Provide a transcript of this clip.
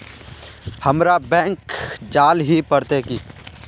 हमरा बैंक जाल ही पड़ते की?